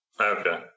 Okay